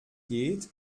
geht